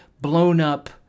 blown-up